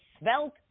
svelte